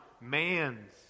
man's